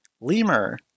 Lemur